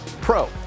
pro